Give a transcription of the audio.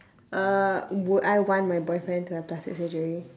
uh would I want my boyfriend to have plastic surgery